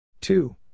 two